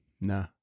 Nah